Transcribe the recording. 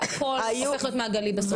והכל הופך להיות מעגלי בסוף.